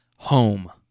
home